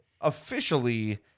officially –